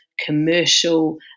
commercial